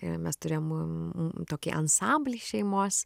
ir mes turėjom tokį ansamblį šeimos